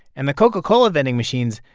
and the coca-cola vending machines,